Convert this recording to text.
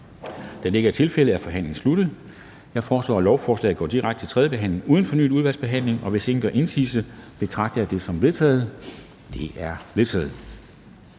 af udvalget? De er vedtaget. Jeg foreslår, at lovforslaget går direkte til tredje behandling uden fornyet udvalgsbehandling. Hvis ingen gør indsigelse, betragter jeg det som vedtaget. Det er vedtaget.